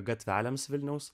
gatvelėms vilniaus